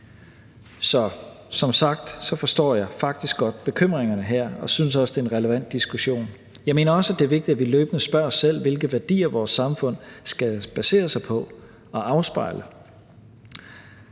jeg forstår som sagt faktisk godt bekymringerne her og synes også, det er en relevant diskussion. Jeg mener også, det er vigtigt, at vi løbende spørger os selv, hvilke værdier vores samfund skal basere sig på og afspejle.